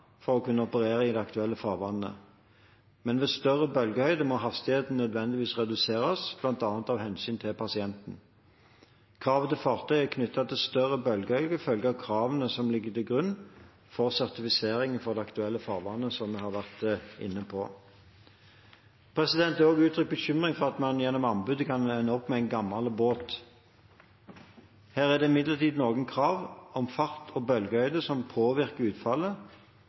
for å kunne operere i det aktuelle farvannet, men ved større bølgehøyder må hastigheten nødvendigvis reduseres, bl.a. av hensyn til pasienten. Krav til fartøyet knyttet til større bølgehøyder følger av kravene som ligger til grunn for sertifisering for det aktuelle farvannet, som vi har vært inne på. Det er også uttrykt bekymring for at man gjennom anbudet kan ende opp med en gammel båt. Her er det imidlertid noen andre krav enn fart og bølgehøyde som påvirker utfallet,